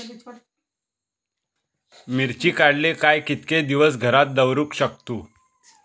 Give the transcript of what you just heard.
मिर्ची काडले काय कीतके दिवस घरात दवरुक शकतू?